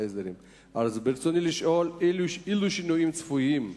רצוני לשאול: 1. אילו שינויים צפויים?